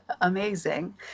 Amazing